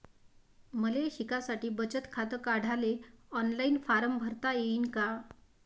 मले शिकासाठी बचत खात काढाले ऑनलाईन फारम भरता येईन का?